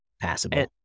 passable